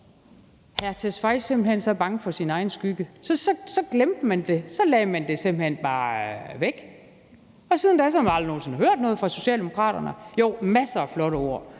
blev han simpelt hen så bange for sin egen skygge, at man glemte det; så lagde man det simpelt hen bare væk, og siden da har vi aldrig nogen sinde hørt noget fra Socialdemokraterne om det – jo, masser af flotte ord.